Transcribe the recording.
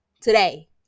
today